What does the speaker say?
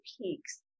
peaks